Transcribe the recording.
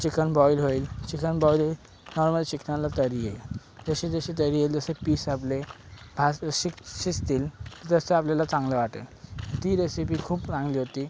chicken boil होईल chicken boil होईल normal चिकनला तर्री येईल जशी जशी तर्री येईल तसे पीस आपले भाज शी शिजतील जसं आपल्याला चांगलं वाटेल ती रेसिपी खूप चांगली होती